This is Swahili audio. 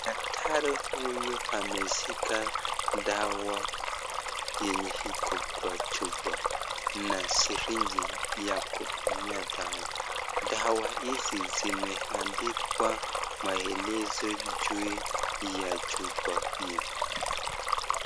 Daktari huyu ameshika dawa yenye iko kwa chupa na sirinji ya kupimia dawa. Dawa hizi zimeandikwa maelezo juu ya chupa hii.